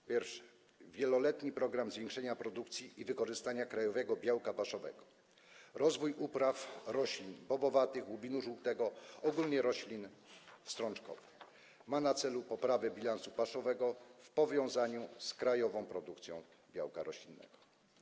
Po pierwsze, wieloletni program zwiększenia produkcji i wykorzystania krajowego białka paszowego - chodzi o rozwój upraw roślin bobowatych, łubinu żółtego, ogólnie roślin strączkowych - ma na celu poprawę bilansu paszowego w powiązaniu z krajową produkcją białka roślinnego.